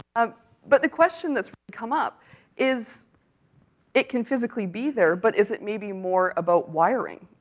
ah but the question that's come up is it can physically be there, but is it maybe more about wiring?